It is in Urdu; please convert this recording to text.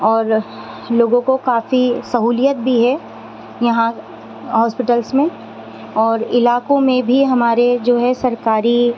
اور لوگوں کو کافی سہولیت بھی ہے یہاں ہاسپٹلس میں اور علاقوں میں بھی ہمارے جو ہے سرکاری